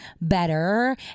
better